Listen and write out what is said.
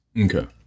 Okay